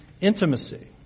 intimacy